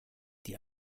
die